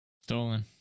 Stolen